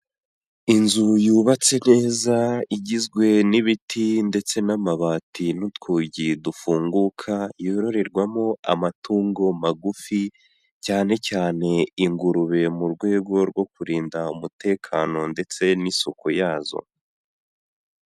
Inzu yubatse neza igizwe n'ibiti ndetse n'amabati n'utwugi dufunguka, yororerwamo amatungo magufi, cyane cyane ingurube mu rwego rwo kurinda umutekano ndetse n'isuku yazo.